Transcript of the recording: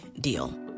deal